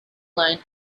line